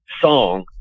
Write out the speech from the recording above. song